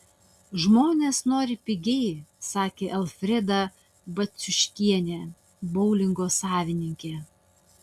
žmonės nori pigiai sakė alfreda baciuškienė boulingo savininkė